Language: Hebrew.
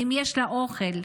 אם יש לה אוכל.